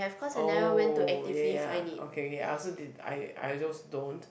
oh ya ya okay okay I also did I I just don't